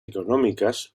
económicas